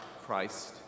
Christ